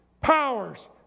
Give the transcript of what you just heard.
powers